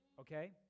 okay